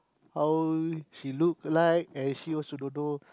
how she look like and she also don't know